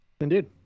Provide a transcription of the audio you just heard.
Indeed